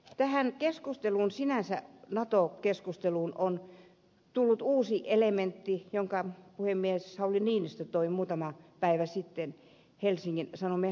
tähän keskusteluun sinänsä nato keskusteluun on tullut uusi elementti jonka puhemies sauli niinistö toi muutama päivä sitten helsingin sanomien haastattelussa